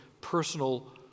personal